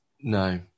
No